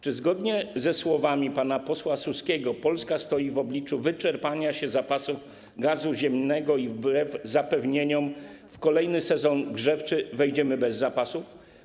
Czy zgodnie ze słowami pana posła Suskiego Polska stoi w obliczu wyczerpania się zapasów gazu ziemnego i wbrew zapewnieniom w kolejny sezon grzewczy wejdziemy bez zapasów?